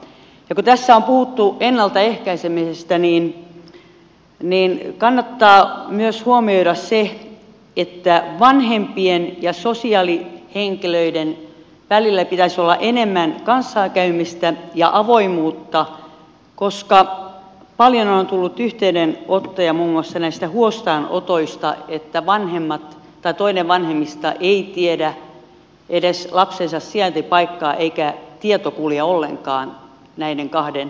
kun tässä on puhuttu ennaltaehkäisemisestä niin kannattaa myös huomioida se että vanhempien ja sosiaalihenkilöiden välillä pitäisi olla enemmän kanssakäymistä ja avoimuutta koska paljon on tullut yhteydenottoja muun muassa näistä huostaanotoista että vanhemmat tai toinen vanhemmista ei tiedä edes lapsensa sijaintipaikkaa eikä tieto kulje ollenkaan näiden kahden instanssin välillä